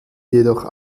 jedoch